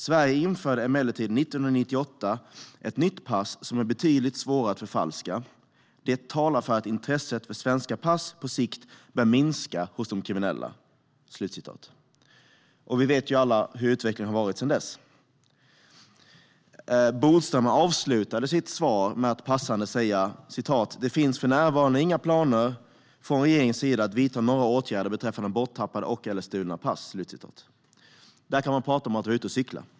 Sverige införde emellertid 1998 ett nytt pass som är betydligt svårare att förfalska. Det talar för att intresset för svenska pass på sikt bör minska hos de kriminella." Vi vet alla hur utvecklingen har varit sedan dess. Bodström avslutade sitt svar med att passande säga: "Det finns för närvarande inga planer från regeringens sida på att vidta några åtgärder beträffande borttappade och/eller stulna pass." Där kan man prata om att vara ute och cykla!